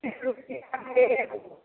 तिस रुपैआमे एगो